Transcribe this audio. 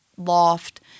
loft